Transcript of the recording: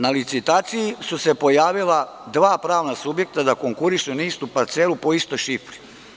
Na licitaciji su se pojavila dva pravna subjekta da konkurišu na istu parcelu po istoj šifri.